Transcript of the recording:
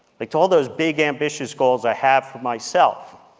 like to all those big ambitious goals i have for myself?